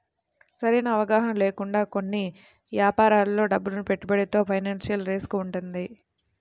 సరైన అవగాహన లేకుండా కొన్ని యాపారాల్లో డబ్బును పెట్టుబడితో ఫైనాన్షియల్ రిస్క్ వుంటది